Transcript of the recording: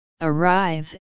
arrive